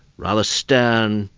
rather stern,